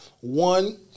one